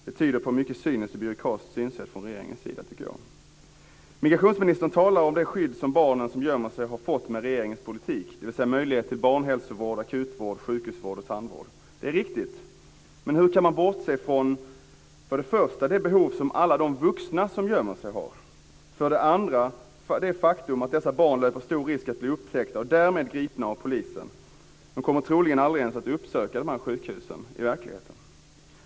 Det tyder på ett mycket cyniskt och byråkratiskt synsätt från regeringens sida. Migrationsministern talar om det skydd som barn som gömmer sig har fått med regeringens politik, dvs. möjlighet till barnhälsovård, akutvård, sjukhusvård och tandvård. Det är riktigt. Men hur kan man för det första bortse från de behov som alla de vuxna som gömmer sig har och för det andra från det faktum att dessa barn löper stor risk att bli upptäckta och därmed bli gripna av polisen? De kommer troligen aldrig ens att uppsöka dessa sjukhus i verkligheten.